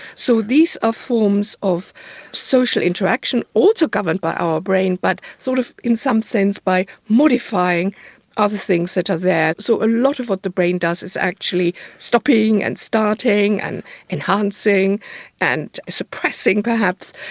so these are forms of social interaction also governed by our brain but sort of in some sense by modifying other things that are there. so a lot of what the brain does is actually stopping and starting and enhancing and suppressing, perhaps,